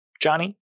Johnny